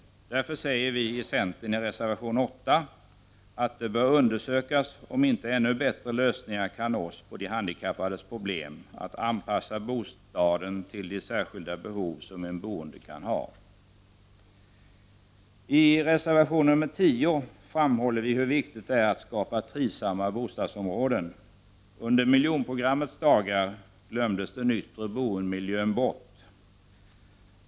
Därför säger vi i centern i reservation 8 att det bör undersökas om inte ännu bättre lösningar kan nås på de handikappades problem, att anpassa bostaden till de särskilda behov som en boende kan ha. I reservation nr 10 framhåller vi hur viktigt det är att skapa trivsamma bostadsområden. Under miljonprogrammets dagar glömdes den yttre boendemiljön bort.